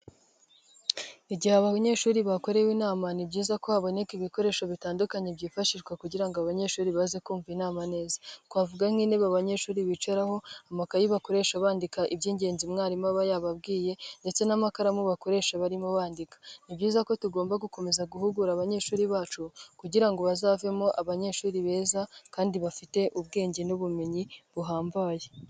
Igihe abayeshuri bakorewe inama, ni byiza ko haboneka ibikoresho bitandukanye byifashishwa kugira ngo abanyeshuri baze kumva inama neza. Twavuga nk'intebe abanyeshuri bicaraho, amakayi bakoresha bandika iby'ingenzi umwarimu aba yababwiye ndetse n'imakaramu bakoresha barimo bandika. Ni byiza ko tugomba gukomeza guhugura abanyeshuri bacu kugira ngo bazavemo abanyeshuri beza kandi bafite ubwenge n'ubumenyi buhambaye.